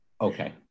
Okay